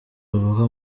bavuka